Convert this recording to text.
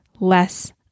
less